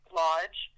lodge